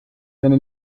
seine